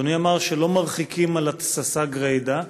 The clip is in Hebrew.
אדוני אמר שלא מרחיקים על התססה גרידא,